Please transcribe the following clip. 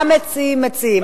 מה המציעים מציעים?